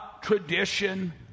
tradition